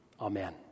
Amen